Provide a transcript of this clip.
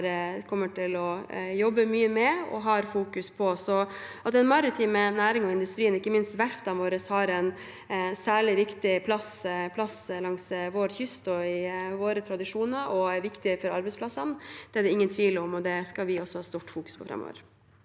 jeg kommer til å jobbe mye med og fokusere på. At den maritime næringen og industrien, ikke minst verftene våre, har en særlig viktig plass langs vår kyst og i våre tradisjoner og er viktige for arbeidsplassene, er det ingen tvil om, og det skal vi også ha stort fokus på framover.